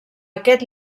aquest